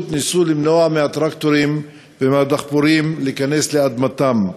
ניסו למנוע מהטרקטורים ומהדחפורים להיכנס לאדמתם.